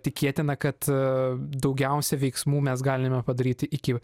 tikėtina kad daugiausia veiksmų mes galime padaryti iki